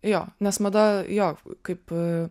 jo nes mada jo kaip